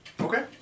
Okay